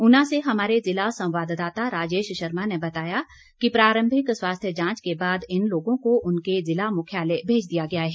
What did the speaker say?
ऊना से हमारे जिला संवाददाता राजेश शर्मा ने बताया कि प्रारंभिक स्वास्थ्य जांच के बाद इन लोगों को उनके जिला मुख्यालय भेज दिया गया है